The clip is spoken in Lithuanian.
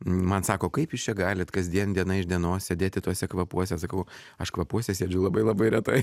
man sako kaip jūs čia galit kasdien diena iš dienos sėdėti tuose kvapuose sakau aš kvapuose sėdžiu labai labai retai